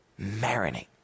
marinate